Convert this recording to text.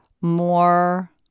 more